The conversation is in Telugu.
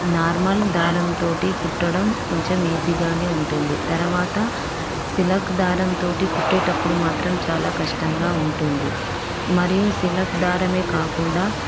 నార్మల్ దారంతోటి కుట్టడం కొంచెం ఈజీగానే ఉంటుంది తర్వాత సిలక్ దారం తోటి కుట్టేటప్పుడు మాత్రం చాలా కష్టంగా ఉంటుంది మరియు సిలక్ దారమే కాకుండా